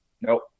nope